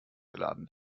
geladen